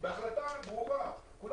בהחלטה ברורה ללול חופש.